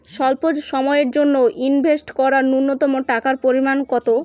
স্বল্প সময়ের জন্য ইনভেস্ট করার নূন্যতম টাকার পরিমাণ কত?